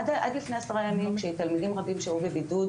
עד לפני עשרה ימים כשתלמידים רבים שהו בבידוד